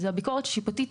זאת ביקורת שיפוטית,